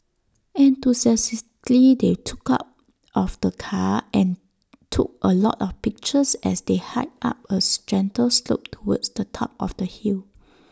enthusiastically they took out of the car and took A lot of pictures as they hiked up A gentle slope towards the top of the hill